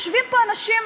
יושבים פה אנשים,